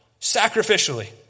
sacrificially